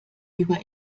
über